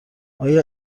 آیا